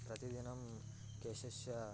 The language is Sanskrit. प्रतिदिनं केशस्य